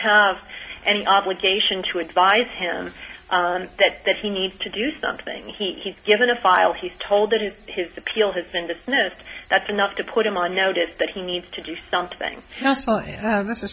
have any obligation to advise him that he needs to do something he's given a file he's told that is his appeal has been dismissed that's enough to put him on notice that he needs to do something this is